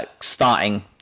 starting